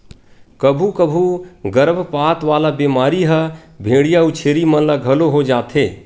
कभू कभू गरभपात वाला बेमारी ह भेंड़िया अउ छेरी मन ल घलो हो जाथे